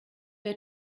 der